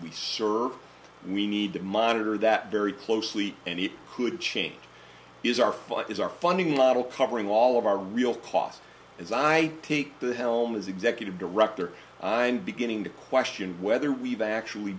serve we need to monitor that very closely and it could change is our fight is our funding model covering all of our real costs as i take the helm as executive director and beginning to question whether we've actually